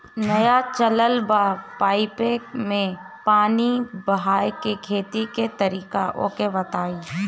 नया चलल बा पाईपे मै पानी बहाके खेती के तरीका ओके बताई?